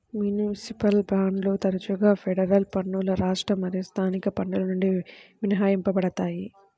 municipal బాండ్లు తరచుగా federal పన్నులు రాష్ట్ర మరియు స్థానిక పన్నుల నుండి మినహాయించబడతాయి